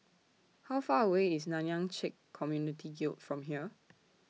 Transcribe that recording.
How Far away IS Nanyang Check Community Guild from here